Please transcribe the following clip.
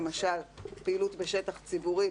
למשל פעילות בשטח ציבורי,